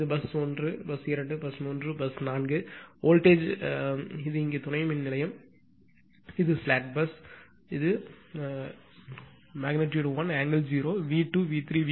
இது bus 1 bus 2 bus 3 bus 4 voltage இங்கே துணை மின்நிலையம் இது ஸ்லேக் பஸ் இது 1∠0° V2 V3 V4